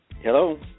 Hello